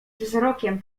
wzrokiem